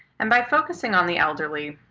and by focusing on the elderly,